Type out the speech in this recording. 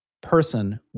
person